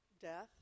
death